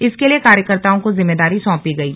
इसके लिए कार्यकर्ताओं को जिम्मेदारी सौंपी गई है